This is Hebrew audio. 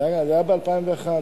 זה היה ב-2001.